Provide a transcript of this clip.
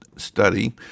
study